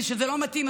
וכשזה לא מתאים,